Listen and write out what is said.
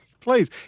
Please